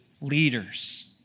leaders